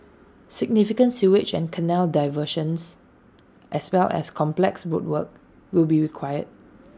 significant sewage and canal diversions as well as complex road work will be required